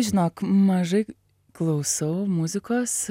žinok mažai klausau muzikos